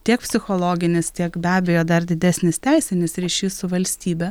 tiek psichologinis tiek be abejo dar didesnis teisinis ryšys su valstybe